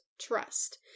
trust